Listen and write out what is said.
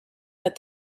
that